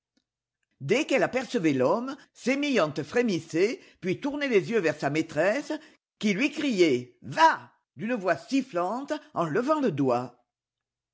dès qu'elle apercevait l'homme sémillante frémissait puis tournait les yeux vers sa maîtresse qui lui criait va d'une voix sifflante en levant le doigt